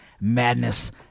madness